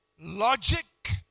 logic